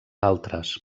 altres